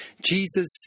Jesus